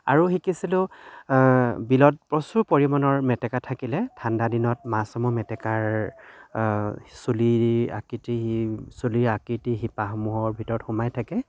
আৰু শিকিছিলোঁ বিলত প্ৰচুৰ পৰিমাণৰ মেটেকা থাকিলে ঠাণ্ডাদিনত মাছসমূহ মেটেকাৰ চুলি আকৃতি চুলি আকৃতিৰ শিপাসমূহৰ ভিতৰত সোমাই থাকে